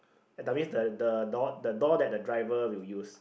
I mean the the door the door that the driver will use